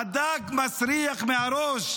הדג מסריח מהראש.